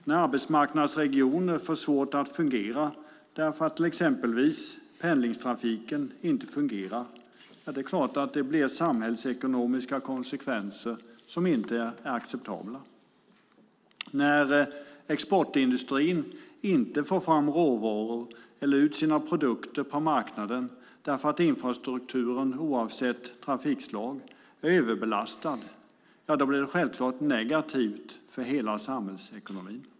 När arbetsmarknadsregioner får svårt att fungera därför att exempelvis pendlingstrafiken inte fungerar är det klart att det blir samhällsekonomiska konsekvenser som inte är acceptabla. När exportindustrin inte får fram råvaror eller ut sina produkter på marknaden därför att infrastrukturen, oavsett trafikslag, är överbelastad blir det självklart negativt för hela samhällsekonomin.